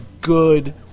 good